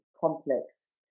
complex